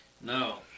No